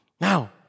Now